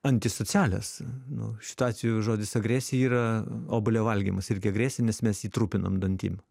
antisocialios nu šituo atveju žodis agresija yra obuolio valgymas irgi agresinis mes jį trumpinam dantim tai